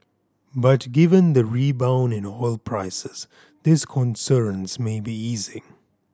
but given the rebound in oil prices these concerns may be easing